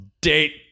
date